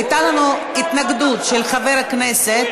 הייתה לנו התנגדות של חבר כנסת,